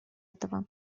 этого